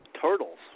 turtles